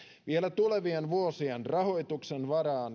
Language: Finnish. vielä tulevien vuosien rahoituksen varaan